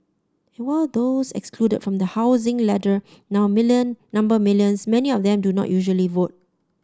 and while those excluded from the housing ladder now million number millions many of them do not usually vote